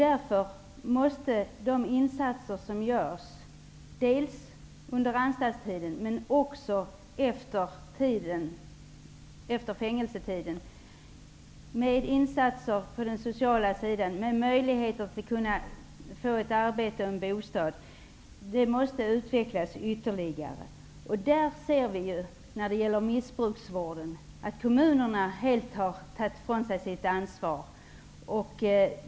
Därför måste de insatser som görs på den sociala sidan under anstaltstiden, men också efter fängelsetiden, för att ge möjligheter till arbete och bostad utvecklas ytterligare. När det gäller missbrukarvården ser vi att kommunerna helt har frånsagt sig sitt ansvar.